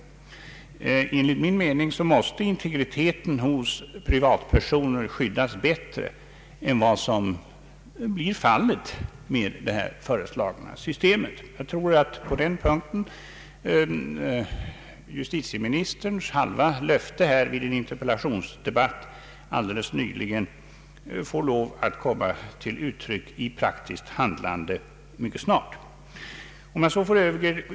Enligt min mening måste privatpersoners integritet skyddas bättre än vad som blir fallet med det föreslagna systemet. Jag tror att på den punkten måste justitieministerns halva löfte i en interpellationsdebatt alldeles nyligen komma till uttryck i praktiskt handlande mycket snart.